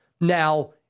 Now